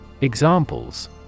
Examples